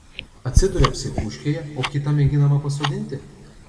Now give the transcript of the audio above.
atsiduria psichuškėje o kitą mėginama pasodinti